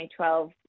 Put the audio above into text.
2012